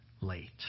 late